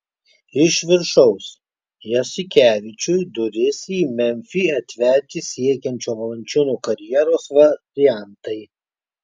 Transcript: iš viršaus jasikevičiui duris į memfį atverti siekiančio valančiūno karjeros variantai